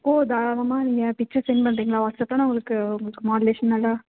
ஓ தாராளமாக நீங்கள் picture send பண்ணுறிங்களா வாட்ஸ்அப்பில் நான் உங்களுக்கு உங்களுக்கு மாடிலேஷன் நல்லா